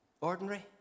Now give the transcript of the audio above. Ordinary